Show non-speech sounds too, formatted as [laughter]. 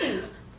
[laughs]